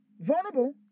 Vulnerable